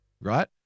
right